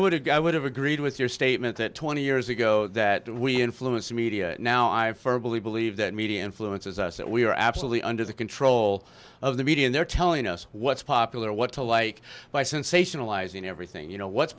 guy would have agreed with your i meant that twenty years ago that we influence the media now i firmly believe that media influences us that we are absolutely under the control of the media and they're telling us what's popular what to like by sensationalizing everything you know what's